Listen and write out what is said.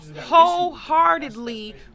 wholeheartedly